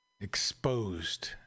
exposed